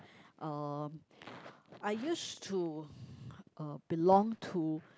uh I used to uh belong to